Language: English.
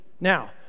now